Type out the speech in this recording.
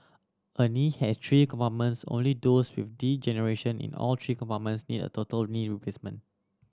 a knee has three compartments only those with degeneration in all three compartments need a total knee replacement